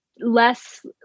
less